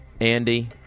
Andy